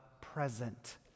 present